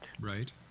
Right